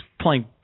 playing